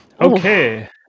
Okay